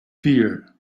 fear